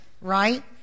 right